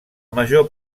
major